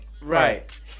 Right